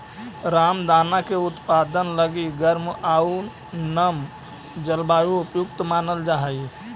रामदाना के उत्पादन लगी गर्म आउ नम जलवायु उपयुक्त मानल जा हइ